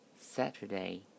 Saturday